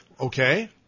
Okay